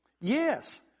Yes